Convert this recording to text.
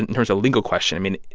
and here's a legal question. i mean,